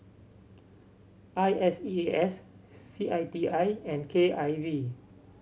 I S E A S C I T I and K I V